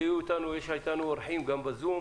ויש לנו אורחים גם בזום.